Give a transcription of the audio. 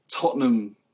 Tottenham